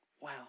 Wow